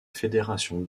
fédération